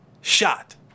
shot